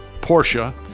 Porsche